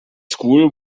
school